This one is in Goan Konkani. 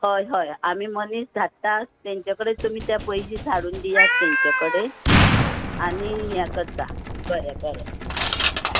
हय हय आमी मनीस धाडटात तेंचे कडेन तुमी ते पयशे धाडून दियात तेंचे कडेन आनी हें करतां बरें बरें आं